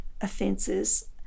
offenses